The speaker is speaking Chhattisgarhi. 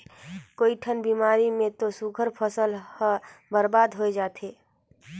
कयोठन बेमारी मे तो सुग्घर फसल हर बरबाद होय जाथे